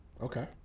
Okay